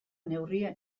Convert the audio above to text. neurri